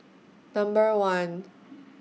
Number one